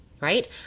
right